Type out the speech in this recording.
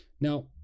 Now